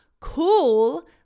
cool